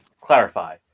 clarify